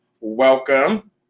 welcome